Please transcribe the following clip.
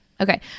Okay